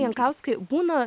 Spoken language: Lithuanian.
jankauskai būna